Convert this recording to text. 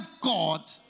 God